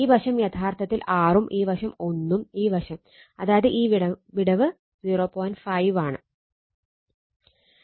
ഈ വശം യഥാർത്ഥത്തിൽ 6 ഉം ഈ വശം 1 ഉം ഈ വശം അതായത് ഈ വിടവ് 0